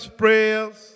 prayers